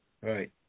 Right